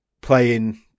playing